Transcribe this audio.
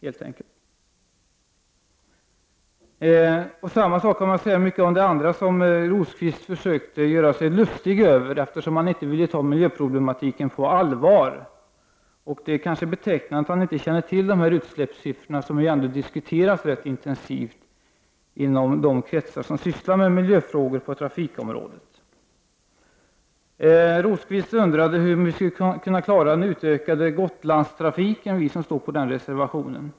Man kan säga detsamma om mycket av det andra som Birger Rosqvist försökte göra sig lustig över, eftersom han inte vill ta miljöproblematiken på allvar. Det är därför kanske betecknande att han inte känner till dessa utsläppssiffror, som ju ändå diskuteras rätt intensivt inom de kretsar som sysslar med miljöfrågor när det gäller trafikområdet. Birger Rosqvist undrade hur vi som står bakom denna reservation anser att Gotlandstrafiken skall kunna klaras.